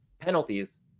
Penalties